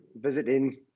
visiting